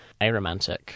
aromantic